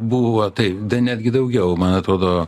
buvo taip netgi daugiau man atrodo